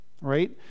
right